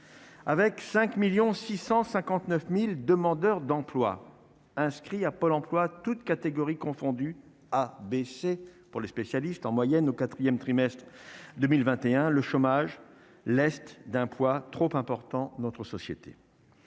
659000 demandeurs d'emploi inscrits à Pôle emploi, toutes catégories confondues a baissé pour les spécialistes en moyenne au 4ème trimestre 2021, le chômage, l'Est, d'un poids trop important, notre société